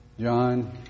John